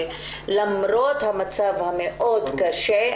שלמרות המצב הקשה מאוד,